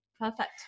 perfect